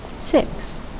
Six